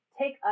take